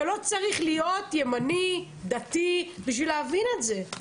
לא צריך להיות ימני או דתי בשביל להבין את זה.